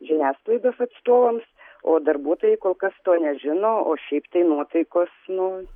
žiniasklaidos atstovams o darbuotojai kol kas to nežino o šiaip tai nuotaikos nu